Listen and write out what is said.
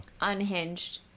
unhinged